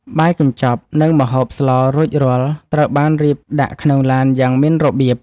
បាយកញ្ចប់ និងម្ហូបស្លរួចរាល់ត្រូវបានរៀបដាក់ក្នុងឡានយ៉ាងមានរបៀប។